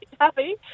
happy